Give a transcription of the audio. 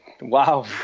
wow